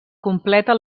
completa